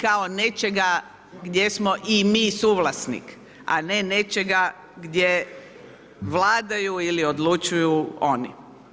kao nečega gdje smo i mi suvlasnik, a ne nečega gdje vladaju ili odlučuju oni.